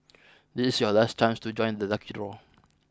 this is your last chance to join the lucky draw